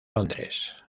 londres